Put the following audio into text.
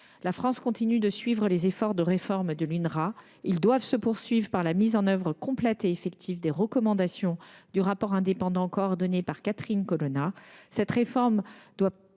La France continue de suivre les efforts de réforme de l’UNRWA. Ils doivent se poursuivre par la mise en œuvre complète et effective des recommandations du rapport indépendant coordonné par Catherine Colonna. Cette réforme doit